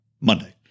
Monday